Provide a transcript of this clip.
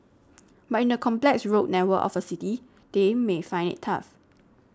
but in the complex road network of a city they may find it tough